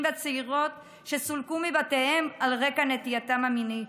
והצעירות שסולקו מבתיהם על רקע נטייתם המינית.